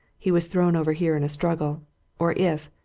he was thrown over here in a struggle or if,